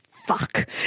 fuck